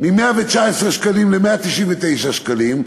מ-119 ש"ח ל-199 ש"ח,